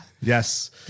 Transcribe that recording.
Yes